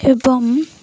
ଏବଂ